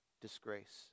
disgrace